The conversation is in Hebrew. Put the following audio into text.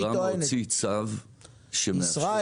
האלוף הוציא צו --- ישראל,